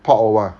port over